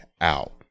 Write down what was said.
out